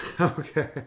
Okay